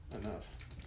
enough